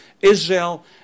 Israel